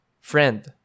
friend